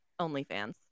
OnlyFans